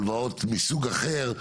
הלוואות מסוג אחר,